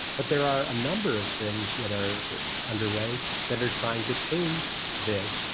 but there are a number of things that are underway that are trying to change this.